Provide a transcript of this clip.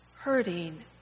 hurting